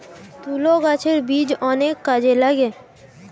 তুলো গাছের বীজ অনেক কাজে লাগে